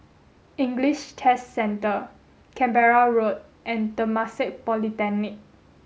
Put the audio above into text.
English Test Centre Canberra Road and Temasek Polytechnic